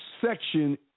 section